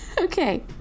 Okay